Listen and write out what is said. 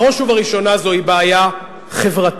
בראש ובראשונה זוהי בעיה חברתית.